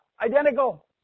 Identical